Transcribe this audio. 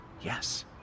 Yes